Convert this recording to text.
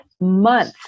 month